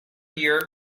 year